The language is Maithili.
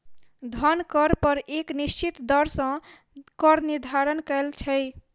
धन कर पर एक निश्चित दर सॅ कर निर्धारण कयल छै